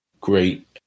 great